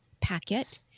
packet